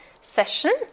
session